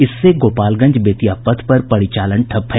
इससे गोपालगंज बेतिया पथ पर परिचालन ठप है